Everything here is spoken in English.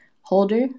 holder